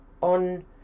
on